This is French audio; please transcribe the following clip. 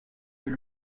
est